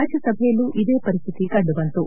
ರಾಜ್ಯಸಭೆಯಲ್ಲೂ ಇದೇ ಪರಿಸ್ಥಿತಿ ಕಂಡುಬಂತು